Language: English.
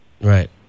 Right